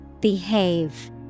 Behave